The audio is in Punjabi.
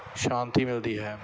ਸ਼ਾਂਤੀ ਮਿਲਦੀ ਹੈ